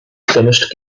finished